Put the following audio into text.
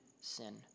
sin